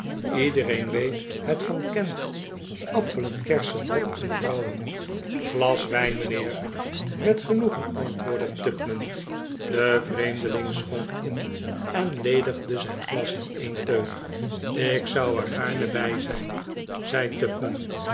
iedereen weet het van kent appelen kersen hop en vrouwen glas wijn mijnheer met genoegen antwoordde tupman de vreemdeling schonk in en ledigde zijn glas in een teug ik zou er g'aarne bij zijn zei